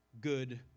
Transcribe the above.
Good